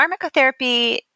pharmacotherapy